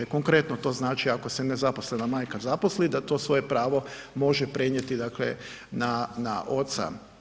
Konkretno to znači ako se nezaposlena majka zaposli da to svoje pravo može prenijeti na oca.